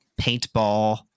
paintball